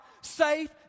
safe